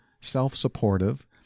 self-supportive